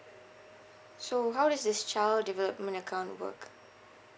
so how does this child development account work